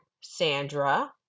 Sandra